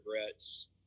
regrets